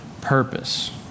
purpose